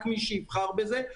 רק מי שיבחר בזה,